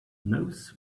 knows